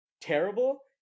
terrible